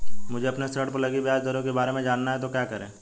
मुझे अपने ऋण पर लगी ब्याज दरों के बारे में जानना है तो क्या करें?